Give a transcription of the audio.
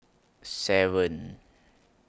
seven